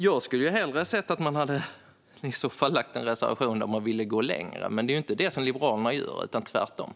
Jag skulle hellre ha sett att ni lämnat en reservation där ni vill gå längre, men det är inte det Liberalerna gör, utan tvärtom.